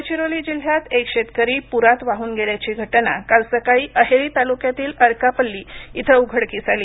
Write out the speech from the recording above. गडचिरोली जिल्ह्यात एक शेतकरी पुरात वाहून गेल्याची घटना काल सकाळी अहेरी तालुक्यातील अर्कापल्ली इथं उघडकीस आली